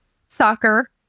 soccer